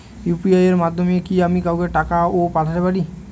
UPI এর মাধ্যমে কি আমি কাউকে টাকা ও পাঠাতে পারবো?